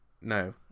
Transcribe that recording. No